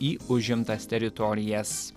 į užimtas teritorijas